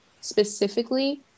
specifically